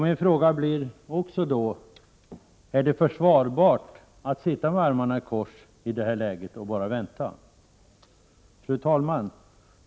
Min fråga blir därför: Är det försvarbart i det här läget att bara sitta med armarna i kors och vänta? Fru talman!